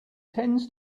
tends